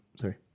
sorry